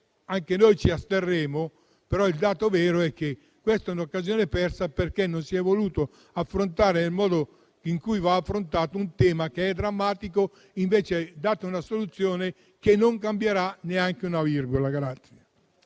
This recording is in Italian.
anche noi ci asterremo, però il dato vero è che questa è un'occasione persa, perché non si è voluto affrontare nel modo in cui va affrontato un tema che è drammatico. Offrite una soluzione che non cambierà neanche una virgola della